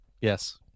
Yes